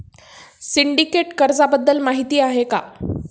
Syndicate कर्जाबद्दल माहिती आहे का?